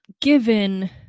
given